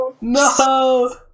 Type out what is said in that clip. No